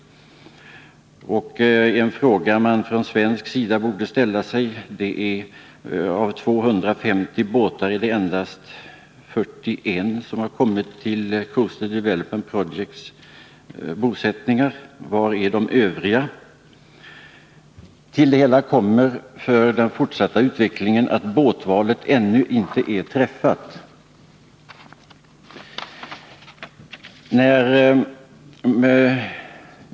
Från svensk sida borde man ställa sig frågan varför endast 41 båtar av 250 har kommit till Coastal Development Projects bosättningar. Var är de övriga? Med tanke på den fortsatta utvecklingen kommer därtill att båtvalet ännu inte har träffats.